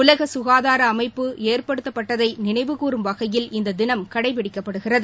உலக சுகாதார அமைப்பு ஏற்படுத்தப்பட்டதை நினைவுகூரும் வகையில் இந்த தினம் கடைபிடிக்கப்படுகிறது